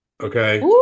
Okay